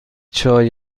چای